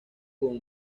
con